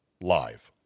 live